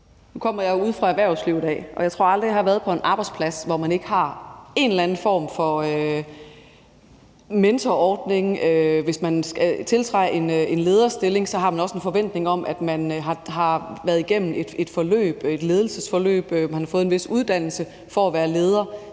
Nu kommer jeg jo ude fra erhvervslivet af, og jeg tror aldrig, jeg har været på en arbejdsplads, hvor man ikke har en eller anden form for mentorordning. Hvis man skal tiltræde en lederstilling, har man også en forventning om, at man har været igennem et ledelsesforløb, og at man har fået en vis uddannelse for at kunne være leder.